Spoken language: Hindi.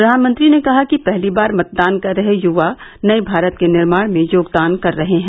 प्रधानमंत्री ने कहा कि पहली बार मतदान कर रहे युवा नए भारत के निर्माण में योगदान कर रहे है